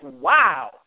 wow